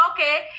okay